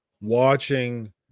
watching